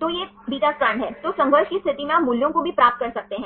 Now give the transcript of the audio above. तो क्या आप एक प्लेन का समीकरण बना सकते हैं